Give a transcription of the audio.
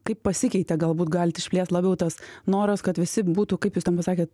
kaip pasikeitė galbūt galit išplėst labiau tas noras kad visi būtų kaip jūs ten pasakėt